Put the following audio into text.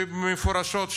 שהוא ציין מפורשות,